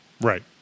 Right